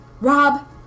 Rob